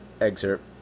excerpt